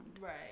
Right